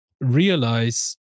realize